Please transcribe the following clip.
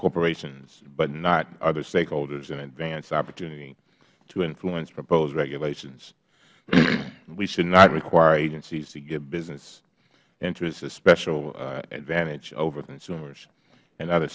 corporations but not other stakeholders an advance opportunity to influence proposed regulations we should not require agencies to give business interests a special advantage over consumers and other